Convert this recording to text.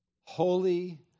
holy